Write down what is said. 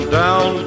down